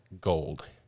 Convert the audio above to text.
gold